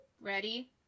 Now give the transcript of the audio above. Ready